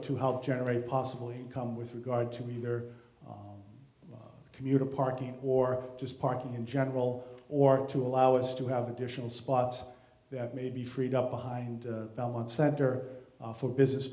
to help generate possible income with regard to either commuter parking or just parking in general or to allow us to have additional spots that may be freed up behind one center for business